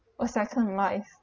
a second life